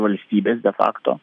valstybės dėl fakto